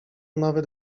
nawet